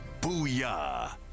Booyah